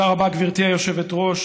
תודה רבה, גברתי היושבת-ראש.